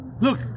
Look